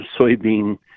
soybean